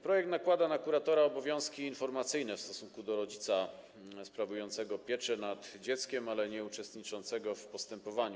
Projekt nakłada na kuratora obowiązki informacyjne w stosunku do rodzica sprawującego pieczę nad dzieckiem, ale nieuczestniczącego w postępowaniu.